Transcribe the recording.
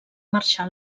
marxar